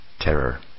terror